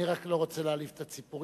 אני רק לא רוצה להעליב את הציפורים.